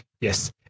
Yes